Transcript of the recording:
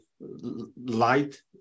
light